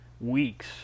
weeks